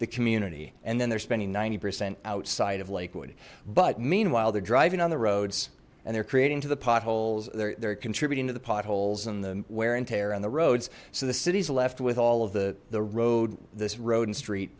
the community and then they're spending ninety percent outside of lakewood but meanwhile they're driving on the roads and they're creating to the potholes they're contributing to the potholes and the wear and tear and the roads so the city's left with all of the the road this road and street